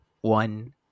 One